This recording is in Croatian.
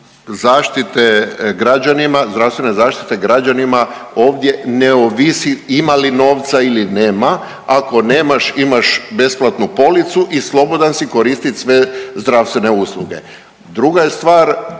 zdravstvene zaštite građanima ovdje ne ovisi ima li novca ili nema. Ako nemaš, imaš besplatnu policu i slobodan si koristiti sve zdravstvene usluge.